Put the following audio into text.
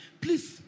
Please